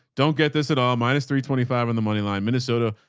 don't get this at all. minus three twenty five on the moneyline minnesota,